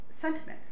sentiments